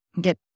get